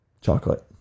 Chocolate